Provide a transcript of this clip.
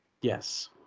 Yes